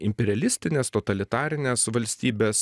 imperialistinės totalitarinės valstybės